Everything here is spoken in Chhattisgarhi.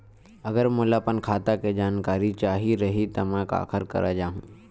अगर मोला अपन खाता के जानकारी चाही रहि त मैं काखर करा जाहु?